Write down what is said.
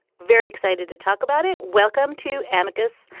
very excited to talk about it. welcome to amicus.